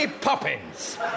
Poppins